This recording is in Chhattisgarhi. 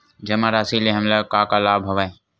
जमा राशि ले हमला का का लाभ हवय?